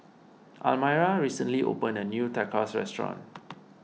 Almyra recently opened a new Tacos restaurant